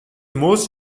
most